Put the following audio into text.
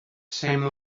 same